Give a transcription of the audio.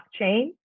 blockchain